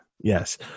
Yes